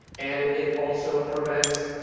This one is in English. and it also prevents,